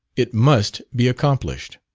it must be accomplished.